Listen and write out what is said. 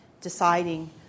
deciding